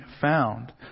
found